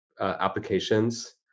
applications